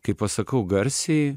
kai pasakau garsiai